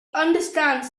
understands